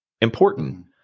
important